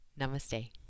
Namaste